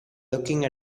looking